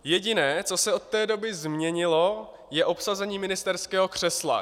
Jediné, co se od té doby změnilo, je obsazení ministerského křesla.